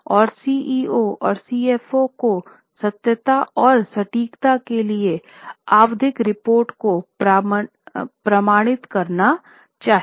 और सीईओ और सीएफओ को सत्यता और सटीकता के लिए आवधिक रिपोर्ट को प्रमाणित करना चाहिए